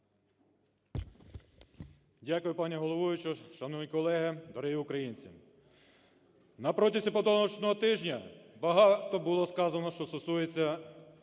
Дякую, пані головуюча. Шановні колеги, дорогі українці! На протязі поточного тижня багато було сказано, що стосується